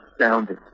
astounding